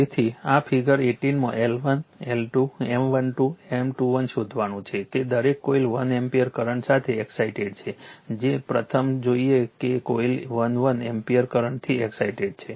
તેથી આ ફિગર 18 માં L1 L2 M12 M21 શોધવાનું છે તે દરેક કોઇલ 1 એમ્પીયર કરંટ સાથે એક્સાઇટેડ છે પ્રથમ જોશે કે કોઇલ 1 1 એમ્પીયર કરંટથી એક્સાઇટેડ છે